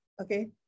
okay